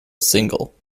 single